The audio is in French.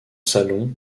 salon